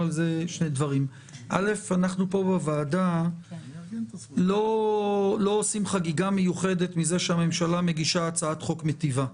אנחנו בוועדה לא עושים חגיגה מיוחדת מזה שהממשלה מגישה הצעת חוק מטיבה.